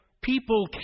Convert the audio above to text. people